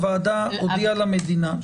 הוועדה הודיעה למדינה: